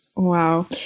wow